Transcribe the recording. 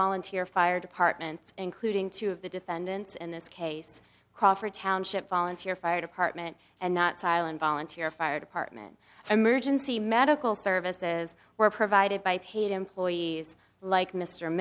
volunteer fire departments including two of the defendants in this case crawford township volunteer fire department and not silent volunteer fire department emergency medical services were provided by paid employees like mr